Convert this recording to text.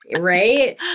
Right